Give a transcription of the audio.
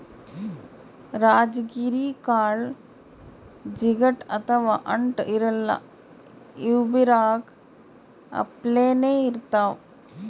ರಾಜಗಿರಿ ಕಾಳ್ ಜಿಗಟ್ ಅಥವಾ ಅಂಟ್ ಇರಲ್ಲಾ ಇವ್ಬಿ ರಾಗಿ ಅಪ್ಲೆನೇ ಇರ್ತವ್